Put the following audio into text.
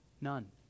None